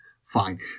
fine